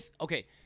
Okay